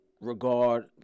regard